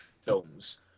films